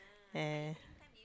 yeah yeah yeha